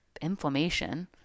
inflammation